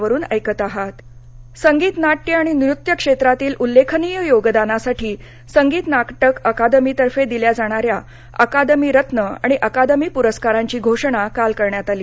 संगीत नाटक संगीत नाट्य आणि नृत्य क्षेत्रांतील उल्लेखनीय योगदानासाठी संगीत नाटक अकादमीतर्फे दिल्या जाणाऱ्या अकादमी रत्न आणि अकादमी पुरस्कारांची घोषणा काल करण्यात आली